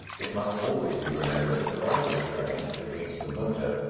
it must always be remembered that the railway train, as against the motor,